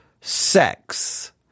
sex